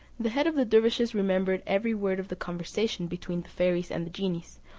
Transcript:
the head of the dervises remembered every word of the conversation between the fairies and the genies,